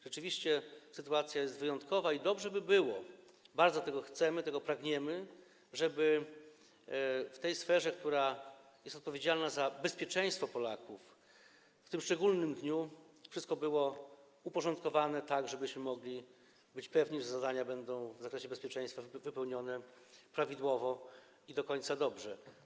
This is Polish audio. Rzeczywiście sytuacja jest wyjątkowa i dobrze by było - bardzo tego chcemy, tego pragniemy - żeby w tej sferze, która jest sferą odpowiedzialności za bezpieczeństwo Polaków, w tym szczególnym dniu wszystko było uporządkowane, tak żebyśmy mogli być pewni, że zadania będą w zakresie bezpieczeństwa wypełnione prawidłowo i do końca dobrze.